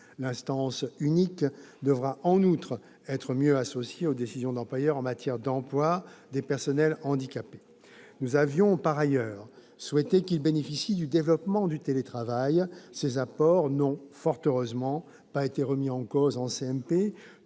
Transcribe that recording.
L'instance unique devra, en outre, être mieux associée aux décisions de l'employeur en matière d'emploi des personnes handicapées. Nous avions, par ailleurs, souhaité qu'ils bénéficient du développement du télétravail. Ces apports n'ont, fort heureusement, pas été remis en cause en CMP,